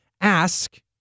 Ask